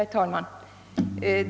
Herr talman!